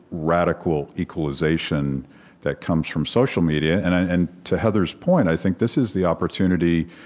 radical equalization that comes from social media and and and to heather's point, i think this is the opportunity,